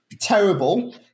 terrible